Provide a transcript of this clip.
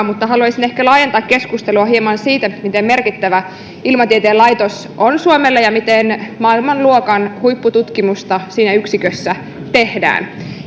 mutta haluaisin ehkä laajentaa keskustelua hieman siihen miten merkittävä ilmatieteen laitos on suomelle ja miten maailmanluokan huippututkimusta siinä yksikössä tehdään